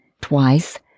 Twice